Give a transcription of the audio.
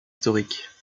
historiques